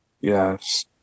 Yes